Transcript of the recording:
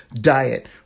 diet